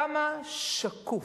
כמה שקוף,